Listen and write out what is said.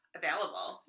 available